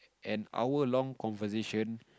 an hour long conversation